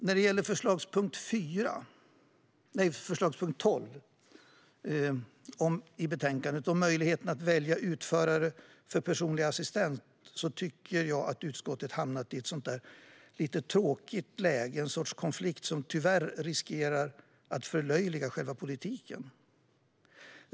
När det gäller förslagspunkt 12 i betänkandet, om möjligheten att välja utförare för personlig assistans, tycker jag utskottet hamnat i ett lite tråkigt läge - i en sorts konflikt som tyvärr riskerar att förlöjliga politiken.